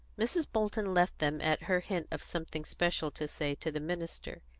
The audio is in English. mrs. bolton left them at her hint of something special to say to the minister.